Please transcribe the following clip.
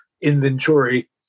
inventory